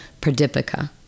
Pradipika